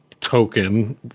token